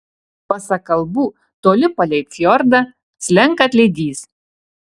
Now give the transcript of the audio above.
pasak kalbų toli palei fjordą slenka atlydys